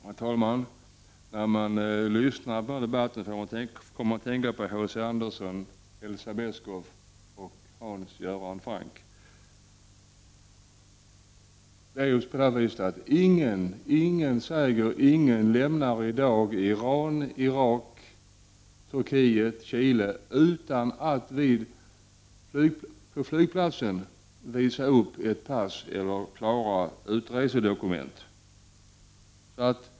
Herr talman! När man lyssnar på debatten kommer man att tänka på H C Andersen, Elsa Beskow — och Hans Göran Franck! Ingen lämnar i dag Iran, Irak, Turkiet eller Chile utan att vid flygplatsen visa upp ett pass eller klara utresedokument.